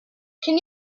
can